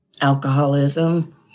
alcoholism